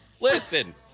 Listen